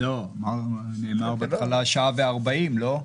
אמרנו בהתחלה שעה וארבעים, לא?